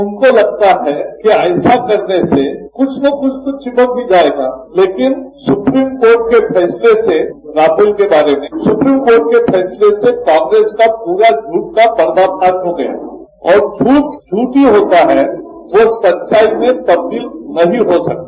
उनको लगता है कि ऐसा करने से कुछ न कुछ तो चिपक ही जायेगा लेकिन सुप्रीम कोर्ट के फैसले से राफेल के बारे में सुप्रीम कोर्ट के फैसले से कांग्रेस का पूरा झूठ का पर्दाफाश हो गया है और झूठ झूठ ही होता है वो सच्चाई में तब्दील नहीं हो सकता